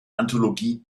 anthologie